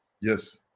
Yes